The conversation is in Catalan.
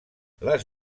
les